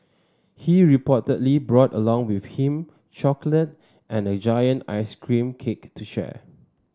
he reportedly brought along with him chocolate and a giant ice cream cake to share